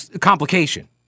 complication